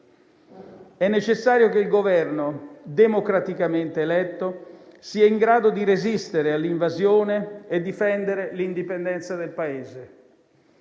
È necessario che il Governo democraticamente eletto sia in grado di resistere all'invasione e difendere l'indipendenza del Paese.